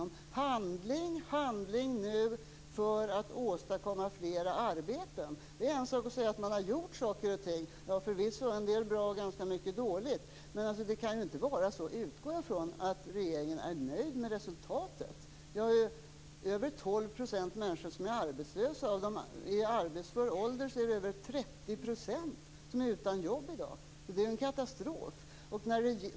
Kravet borde ju rimligen vara väl förankrat i regeringen. Det är en sak att säga att man har gjort saker och ting - en del är förvisso bra, men ganska mycket är dåligt - men jag utgår ifrån att regeringen inte är nöjd med resultatet. Vi har över 12 % människor som är arbetslösa, och bland människor i arbetsför ålder är över 30 % utan jobb. Det är en katastrof!